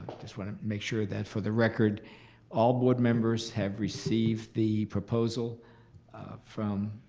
just want to make sure that for the record all board members have received the proposal from